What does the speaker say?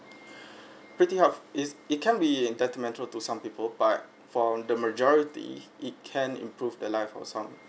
pretty hard is it can be detrimental to some people but for the majority it can improve their life of some